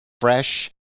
fresh